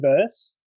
verse